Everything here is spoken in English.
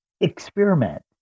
Experiment